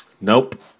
Nope